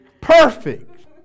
perfect